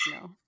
no